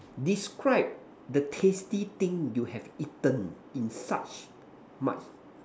describe the tasty thing you have eaten in such my